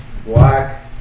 Black